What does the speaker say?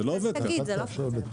זה לא עובד ככה.